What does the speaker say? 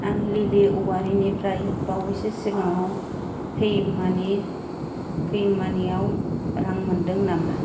आं लिलि अवारिनिफ्राय बावैसो सिगाङाव पेइउमानियाव रां मोनदों नामा